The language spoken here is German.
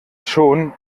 schon